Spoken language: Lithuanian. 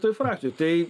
toj frakcijoj tai